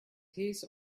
his